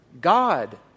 God